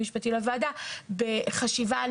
אלא מבחינת התכנון העירוני וההתחשבות בעומס